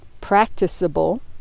practicable